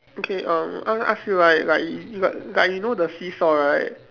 okay um I want ask you right like you like you know the seesaw right